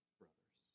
brothers